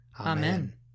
Amen